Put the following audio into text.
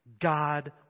God